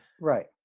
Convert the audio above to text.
Right